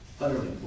utterly